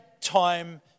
time